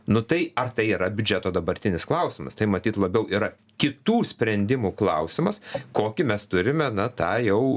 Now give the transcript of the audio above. nu tai ar tai yra biudžeto dabartinis klausimas tai matyt labiau yra kitų sprendimų klausimas kokį mes turime na tą jau